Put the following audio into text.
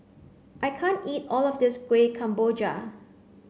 I can't eat all of this Kuih Kemboja